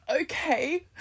okay